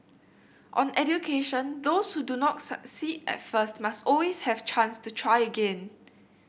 on education those who do not succeed at first must always have chance to try again